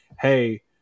hey